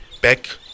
back